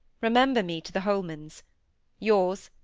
remember me to the holmans yours,